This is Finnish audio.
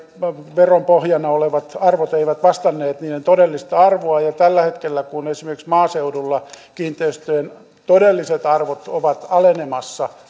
veropohjana olevat arvot eivät vastanneet niiden todellista arvoa tällä hetkellä kun esimerkiksi maaseudulla kiinteistöjen todelliset arvot ovat alenemassa